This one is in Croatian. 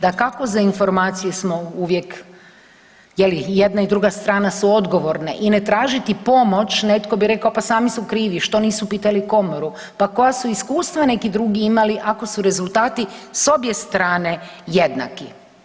Dakako za informacije smo uvijek je li jedna i druga strana su odgovorne i ne tražiti pomoć netko bi rekao pa sami su krivi što nisu pitali komoru, pa koja su iskustva neki drugi imali ako su rezultati s obje strane jednaki.